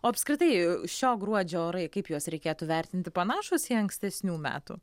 o apskritai šio gruodžio orai kaip juos reikėtų vertinti panašūs į ankstesnių metų